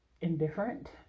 indifferent